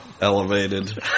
elevated